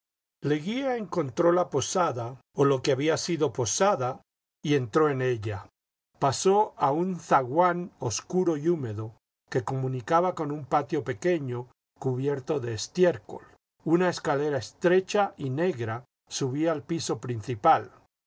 leguía encontró la posada o lo que había sido posada y entró en ella pasó a un zaguán obscuro y húmedo que comunicaba con un patio pequeño cubierto de estiércol una escalera estrecha y negra subía al piso principal